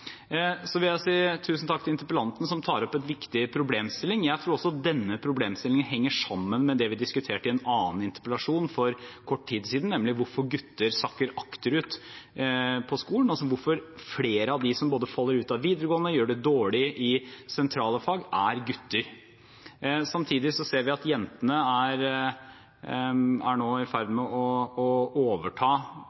vil si tusen takk til interpellanten som tar opp en viktig problemstilling. Jeg tror også denne problemstillingen henger sammen med det vi diskuterte i en annen interpellasjon for kort tid siden, nemlig hvorfor gutter sakker akterut på skolen, hvorfor flere av dem som både faller ut av videregående og gjør det dårlig i sentrale fag, er gutter. Samtidig ser vi at jentene nå er i ferd med å overta